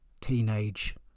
teenage